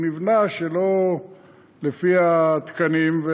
הוא נבנה שלא לפי התקנים,